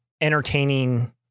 entertaining